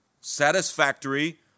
satisfactory